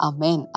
Amen